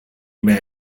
may